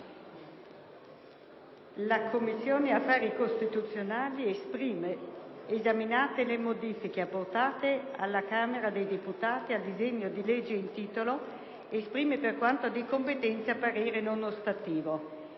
1a Commissione permanente, esaminate le modifiche apportate dalla Camera dei deputati al disegno di legge in titolo, esprime, per quanto di competenza, parere non ostativo.